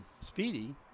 Speedy